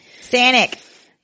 Sanic